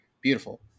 Beautiful